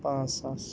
پانٛژھ ساس